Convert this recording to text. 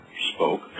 spoke